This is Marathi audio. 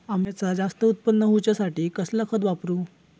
अम्याचा जास्त उत्पन्न होवचासाठी कसला खत वापरू?